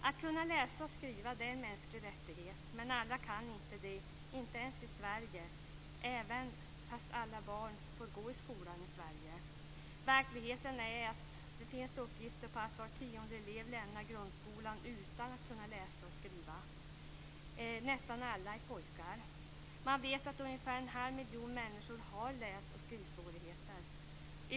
Att kunna läsa och skriva är en mänsklig rättighet, men alla kan inte det, inte ens i Sverige trots att alla barn får gå i skolan i Sverige. Det finns uppgifter på att var tionde elev lämnar grundskolan utan att kunna läsa och skriva, nästan alla är pojkar. Man vet att ungefär 1⁄2 miljon människor har läs och skrivsvårigheter.